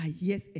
yes